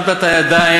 שמת את הידיים,